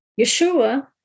Yeshua